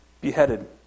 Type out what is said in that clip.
beheaded